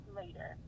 later